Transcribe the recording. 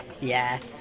Yes